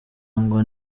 ngo